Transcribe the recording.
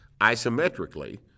isometrically